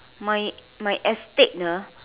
my my estate ah